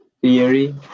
theory